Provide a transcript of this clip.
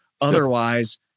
Otherwise